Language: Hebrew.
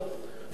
אתם יודעים מה?